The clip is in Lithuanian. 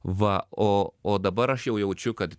va o o dabar aš jau jaučiu kad